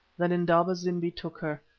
then indaba-zimbi took her.